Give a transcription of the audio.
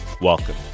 Welcome